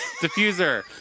Diffuser